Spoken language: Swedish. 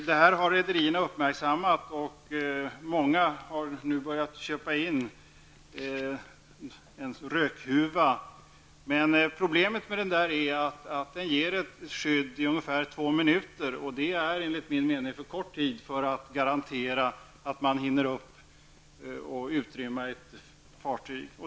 Det här har rederierna uppmärksammat, och många har nu börjat köpa in en rökhuva. Men problemet med den är att den ger skydd i ungefär två minuter, och det är enligt min mening för kort tid för att garantera att man hinner upp och hinner utrymma ett fartyg.